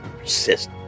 persist